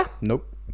Nope